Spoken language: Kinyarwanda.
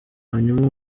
hanyuma